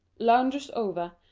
lounges over,